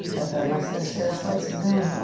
i've had my fair share fights with him.